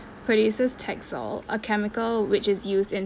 produces taxol a chemical which is used in